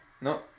No